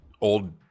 old